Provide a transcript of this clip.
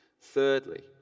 Thirdly